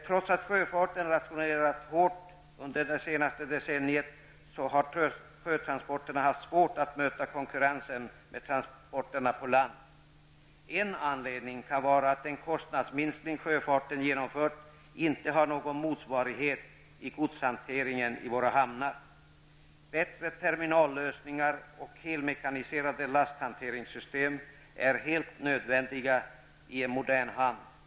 Trots att sjöfarten rationaliserats hårt under det senaste decenniet har sjötransporterna haft svårt att möta konkurrensen med transporterna på land. En anledning kan vara att den kostnadsminskning sjöfarten genomfört inte har någon motsvarighet när det gäller godshantering i våra hamnar. Bättre terminallösningar och helmekaniserade lasthanteringssystem är helt nödvändiga i en modern hamn.